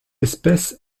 espèce